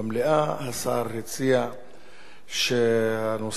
השר הציע שהנושא יוסר מסדר,